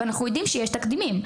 ואנחנו יודעים שיש תקדימים.